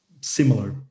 similar